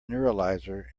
neuralizer